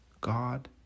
God